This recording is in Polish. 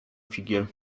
figiel